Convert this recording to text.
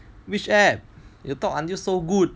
which app you talk until so good